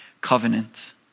covenant